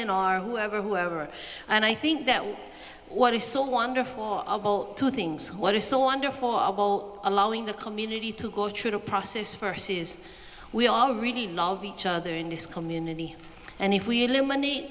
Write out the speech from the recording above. in our whoever we were and i think that was what is so wonderful two things what is so wonderful allowing the community to go through the process versus we all really love each other in this community and if we eliminate